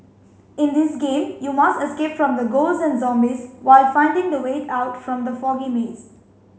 in this game you must escape from the ghosts and zombies while finding the way out from the foggy maze